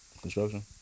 Construction